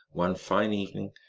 one fine evening,